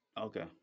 Okay